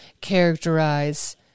characterize